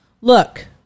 Look